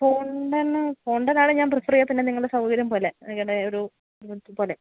fountain ഫോണ്ടനാണ് ഞാൻ പ്രിഫെറെയ്യുക പിന്നെ നിങ്ങളുടെ സൗകര്യം പോലെ നിങ്ങളുടെ ഒരു ഇതുപോലെ